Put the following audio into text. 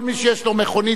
כל מי שיש לו מכונית,